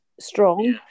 strong